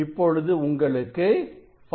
ஏற்கனவே உங்களுக்கு 5